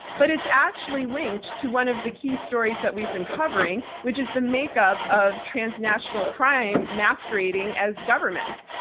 but it's actually linked to one of the key stories that we've been covering, which is the makeup of transnational crime masquerading as governments.